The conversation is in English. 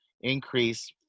increase